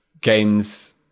games